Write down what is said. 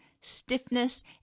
stiffness